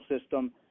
system